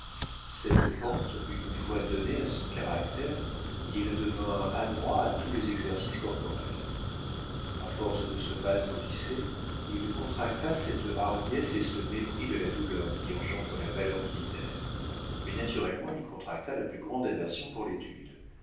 cette pente une fois donnée à son caractère il devint adroit à tous les exercices corporels a force de se battre au lycée il contracta cette hardiesse et ce mépris de la douleur qui engendre la valeur militaire mais naturellement il contracta la plus grande aversion pour l'étude